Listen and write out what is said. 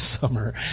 summer